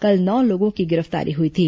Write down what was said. कल नौ लोगों की गिर फतारी हुई थी